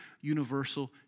universal